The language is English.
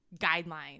guidelines